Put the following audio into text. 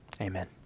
Amen